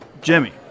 Jimmy